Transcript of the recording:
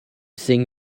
sing